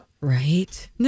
right